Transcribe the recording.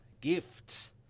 gift